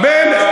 בנט.